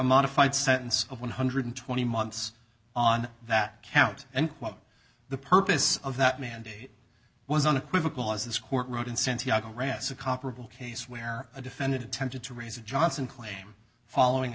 modified sentence of one hundred and twenty months on that count and what the purpose of that mandate was unequivocal as this court wrote in santiago ressa comparable case where a defendant attempted to raise a johnson claim following